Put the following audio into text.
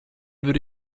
würde